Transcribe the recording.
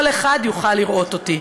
כל אחד יוכל לראות אותי.